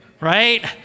right